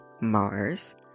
Mars